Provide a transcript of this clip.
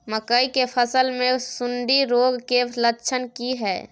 मकई के फसल मे सुंडी रोग के लक्षण की हय?